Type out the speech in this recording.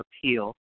appeal